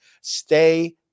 Stay